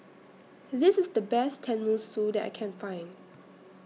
This IS The Best Tenmusu that I Can Find